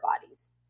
bodies